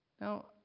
Now